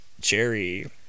Jerry